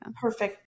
Perfect